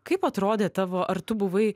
kaip atrodė tavo ar tu buvai